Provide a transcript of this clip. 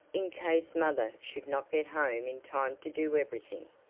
in case mother should not get home in time to do everything.